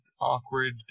awkward